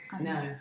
no